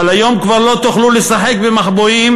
אבל היום כבר לא תוכלו לשחק במחבואים